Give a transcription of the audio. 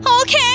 Okay